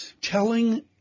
telling